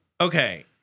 okay